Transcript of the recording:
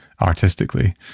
artistically